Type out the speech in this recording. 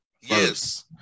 Yes